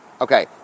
Okay